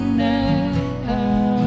now